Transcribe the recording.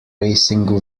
racing